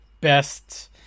best